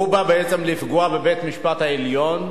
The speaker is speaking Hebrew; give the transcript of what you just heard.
הוא בא בעצם לפגוע בבית-המשפט העליון.